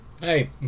Hey